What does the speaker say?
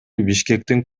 бишкектин